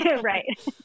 Right